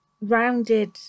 rounded